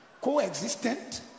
co-existent